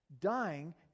Dying